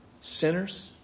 sinners